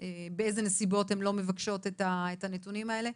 באיזה נסיבות הן לא מבקשות את הנתונים האלה.